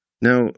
Now